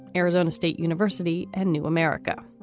arizona state university and new america.